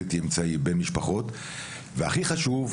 בלתי אמצעי בין משפחות והכי חשוב,